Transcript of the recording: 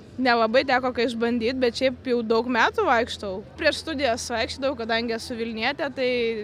nelabai teko ką išbandyt bet šiaip jau daug metų vaikštau prieš studijas vaikščiodavau kadangi esu vilnietė tai